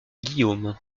guillaume